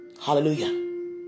Hallelujah